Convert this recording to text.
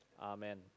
Amen